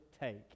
take